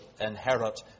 inherit